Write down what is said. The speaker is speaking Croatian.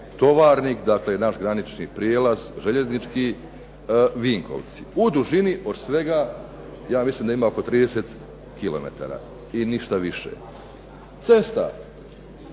Tovarnik, dakle naš granični prijelaz željeznički Vinkovci. U dužini od svega, ja mislim da ima oko 30 kilometara i ništa više. Cesta,